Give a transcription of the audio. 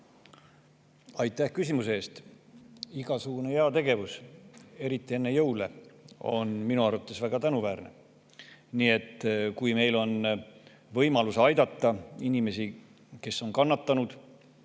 Aitäh küsimuse eest! Igasugune heategevus, eriti enne jõule, on minu arvates väga tänuväärne. Nii et kui meil on võimalus aidata inimesi, kes on kannatanud